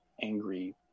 angry